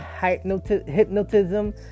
hypnotism